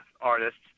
artists